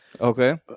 okay